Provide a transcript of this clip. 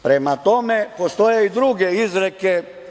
Prema tome, postoje i druge izreke.